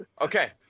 Okay